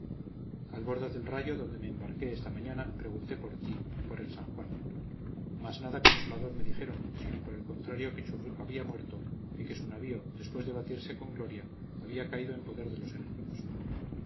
a bordo del rayo donde me embarqué esta mañana pregunté por ti por el san juan mas nada consolador me dijeron sino por el contrario que churruca había muerto y que su navío después de batirse con gloria había caído en poder de los enemigos